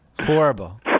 Horrible